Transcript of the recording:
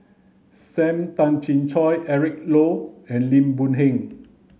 Sam Tan Chin Siong Eric Low and Lim Boon Heng